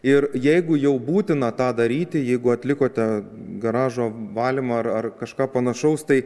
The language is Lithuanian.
ir jeigu jau būtina tą daryti jeigu atlikote garažo valymą ar ar kažką panašaus tai